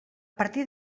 partir